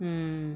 mm